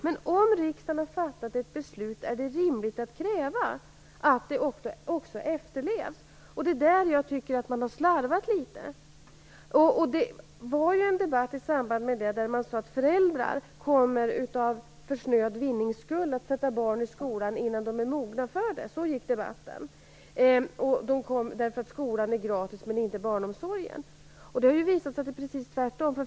Men om riksdagen har fattat ett beslut är det rimligt att kräva att det också efterlevs. Det är där jag tycker att man har slarvat litet. Det fördes en debatt i samband med att beslutet fattades där man sade att föräldrar kommer att för snöd vinnings skull sätta barn i skolan innan de är mogna för det, eftersom skolan är gratis men inte barnomsorgen. Så sades det i debatten. Det har visat sig att det blev precis tvärtom.